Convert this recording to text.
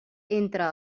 entra